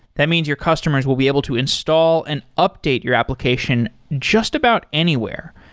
that means your customers will be able to install and update your application just about anywhere.